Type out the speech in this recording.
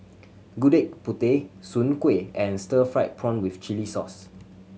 Gudeg Putih Soon Kueh and stir fried prawn with chili sauce